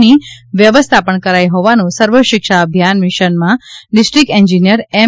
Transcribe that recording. ની વ્યવસ્થા પણ કરાઇ હોવાનું સર્વશિક્ષા અભિયાન મિશનમાં ડિસ્ટ્રીક્ટ એન્જીનિયર એમ